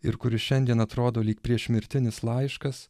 ir kuris šiandien atrodo lyg priešmirtinis laiškas